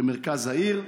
במרכז העיר.